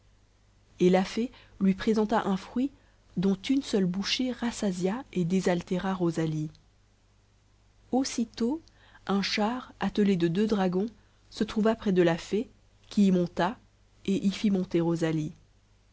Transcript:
et la fée lui présenta un fruit dont une seule bouchée rassasia et désaltéra rosalie aussitôt un char attelé de deux dragons se trouva près de la fée qui y monta et y fit monter rosalie